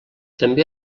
també